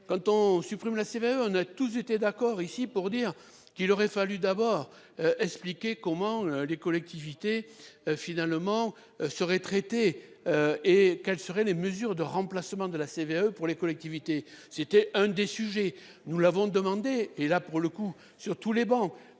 Quand on supprime la c'est même on a tous été d'accord ici pour dire qu'il aurait fallu d'abord expliquer comment les collectivités finalement seraient traités. Et quelles seraient les mesures de remplacement de la CVAE. Pour les collectivités. C'était un des sujets, nous l'avons demandé et là pour le coup sur tous les bancs